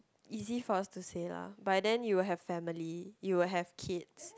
easy for us to say lah by then you will have family you will have kids